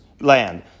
land